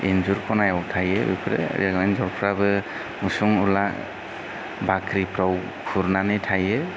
इन्जुर खनायाव थायो बेफोरो आरो एन्जरफ्राबो उसुं उला बाख्रिफोराव खुरनानै थायो